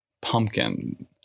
Pumpkin